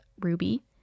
Ruby